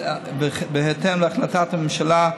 ובהתאם להחלטת הממשלה,